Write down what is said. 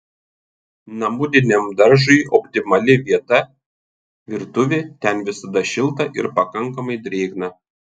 namudiniam daržui optimali vieta virtuvė ten visada šilta ir pakankamai drėgna